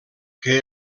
que